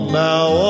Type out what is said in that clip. now